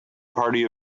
party